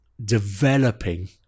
developing